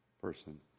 person